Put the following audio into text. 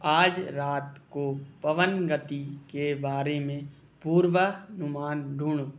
आज रात को पवन गति के बारे में पूर्वानुमान ढूंढो